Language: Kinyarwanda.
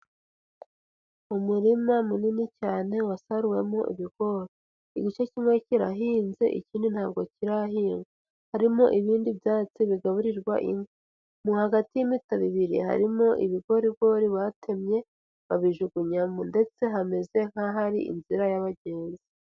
Umurima munini cyane wasaruwemo ibigori, igice kimwe kirahinze, ikindi ntabwo kirahingwa, harimo ibindi byatsi bigaburirwa inka, hagati y'imitabo ibiri harimo ibigorigori batemye babijugunyamo ndetse hameze nk'ahari inzira y'abagenzi.